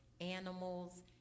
animals